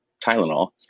Tylenol